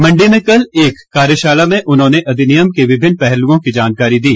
मंडी में कल एक कार्यशाला में उन्होंने अधिनियम के विभिन्न पहलुओं की जानकारी दी